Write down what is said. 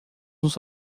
nos